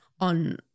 on